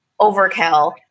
overkill